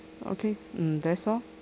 okay mm that's all